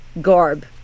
garb